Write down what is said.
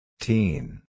Teen